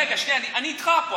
רגע, שנייה, אני איתך פה.